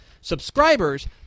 Subscribers